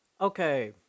Okay